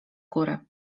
góry